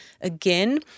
again